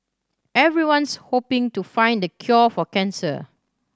everyone's hoping to find the cure for cancer